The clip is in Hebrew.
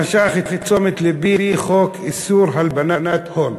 משך את תשומת לבי חוק איסור הלבנת הון.